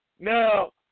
Now